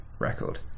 record